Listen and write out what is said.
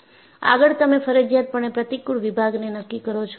આગળ તમે ફરજીયાતપણે પ્રતિકુળ વિભાગ ને નક્કી કરો છો